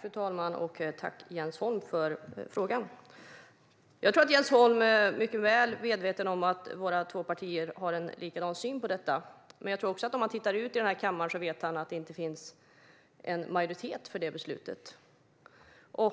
Fru talman! Jag tackar Jens Holm för frågan. Jag tror att han är mycket väl medveten om att våra två partier har en likadan syn på detta. Men han vet också att det inte finns en majoritet i denna kammare för ett sådant beslut. Om